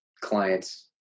clients